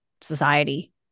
society